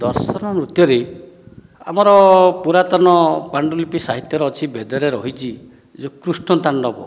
ଦର୍ଶନ ନୃତ୍ୟରେ ଆମର ପୁରାତନ ପାଣ୍ଡୁଲିପି ସାହିତ୍ୟରେ ଅଛି ବେଦରେ ରହିଛି ଯେ କୃଷ୍ଣ ତାଣ୍ଡବ